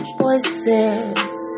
voices